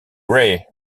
ray